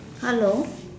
hello